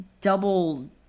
double